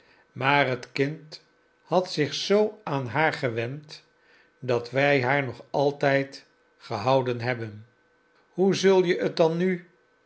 maar het kind had zich zoo aan haar gewend dat wij haar nog altijd gehouden hebben hoe zul je het dan nu